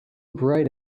bright